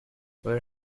where